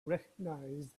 recognize